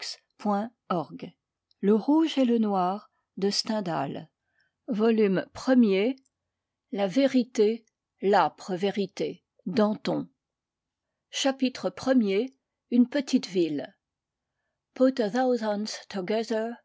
la vérité l'âpre vérité danton chapitre premier une petite ville